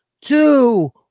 two